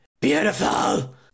beautiful